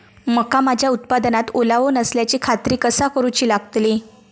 मका माझ्या उत्पादनात ओलावो नसल्याची खात्री कसा करुची लागतली?